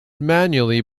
manually